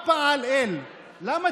למה